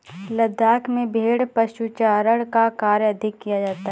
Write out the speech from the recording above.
लद्दाख में भेड़ पशुचारण का कार्य अधिक किया जाता है